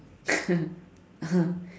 (uh huh)